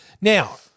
Now